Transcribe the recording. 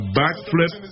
backflip